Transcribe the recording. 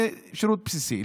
זה שירות בסיסי.